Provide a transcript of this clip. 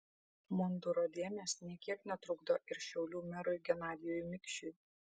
munduro dėmės nė kiek netrukdo ir šiaulių merui genadijui mikšiui